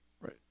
Right